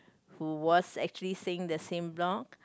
who was actually staying in the same block